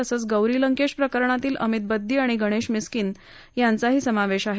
तसंच गौरी लंकेश प्रकरणातील अमित बददी आणि गणेश मिस्किन या संशयीतांचा समावेश आहे